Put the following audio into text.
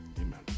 Amen